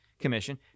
commission